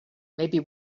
maybe